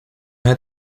head